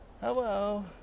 hello